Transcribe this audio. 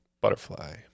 Butterfly